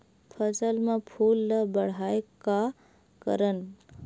फसल म फूल ल बढ़ाय का करन?